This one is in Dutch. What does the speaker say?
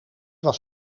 was